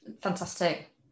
Fantastic